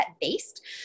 based